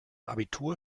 abitur